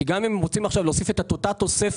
כי גם אם הם רוצים להוסיף את אותה תוספת